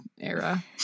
era